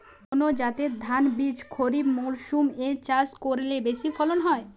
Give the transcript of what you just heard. কোন জাতের ধানবীজ খরিপ মরসুম এ চাষ করলে বেশি ফলন হয়?